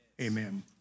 Amen